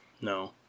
No